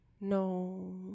No